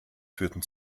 führten